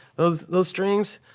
those those strings?